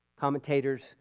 Commentators